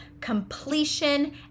completion